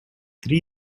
три